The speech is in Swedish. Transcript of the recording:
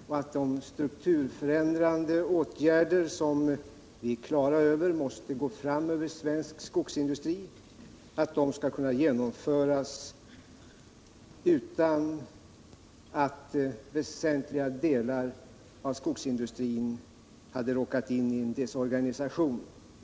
och för att de strukturförändrande åtgärder som vi är på det klara med måste gå fram över svensk skogsindustri skall kunna genomföras utan att väsentliga delar av skogsindustrin råkar in i en desorganisation.